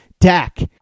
Dak